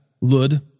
Lud